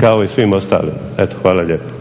kao i svim ostalima. Eto, hvala lijepo.